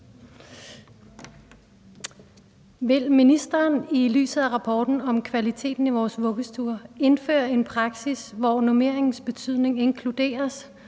Vil ministeren – i lyset af rapporten om kvaliteten i vores vuggestuer – indføre en praksis, hvor normeringens betydning inkluderes,